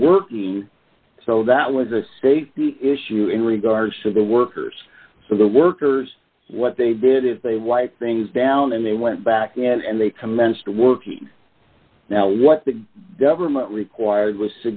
working so that was a safety issue in d regards to the workers so the workers what they did is they like things down and they went back and they commenced work now what the government required was